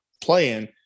playing